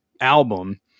album